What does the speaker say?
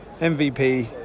MVP